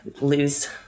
lose